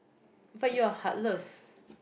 but you're heartless